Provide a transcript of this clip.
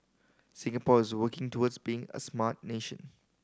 Singapore is working towards being a smart nation